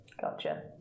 Gotcha